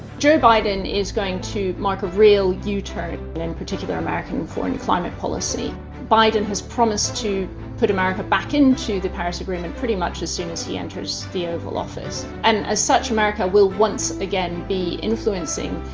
joe biden is going to mark a real yeah u-turn, in and particular american foreign climate policy biden has promised to put america back, into the paris agreement, pretty much as soon as he enters the oval office, and as such, america will once again be influencing,